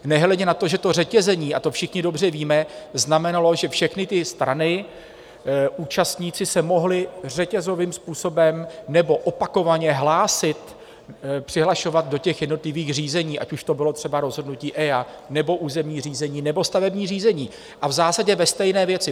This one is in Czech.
Nehledě na to, že to řetězení a to všichni dobře víme znamenalo, že všechny ty strany účastníci se mohli řetězovým způsobem nebo opakovaně hlásit, přihlašovat do těch jednotlivých řízení, ať už to bylo třeba rozhodnutí EIA, nebo územní řízení, nebo stavební řízení, a v zásadě ve stejné věci.